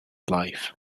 life